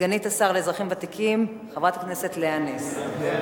סגנית השר לאזרחים ותיקים, חברת הכנסת לאה נס.